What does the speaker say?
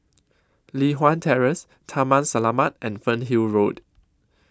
Li Hwan Terrace Taman Selamat and Fernhill Road